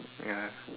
ya